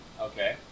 Okay